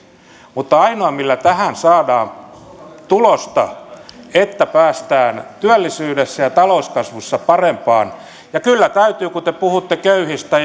mutta ainoa millä tähän saadaan tulosta on se että päästään työllisyydessä ja talouskasvussa parempaan ja kyllä täytyy ajatella kun te puhutte köyhistä